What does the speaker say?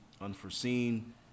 unforeseen